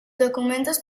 documentos